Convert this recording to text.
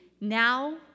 now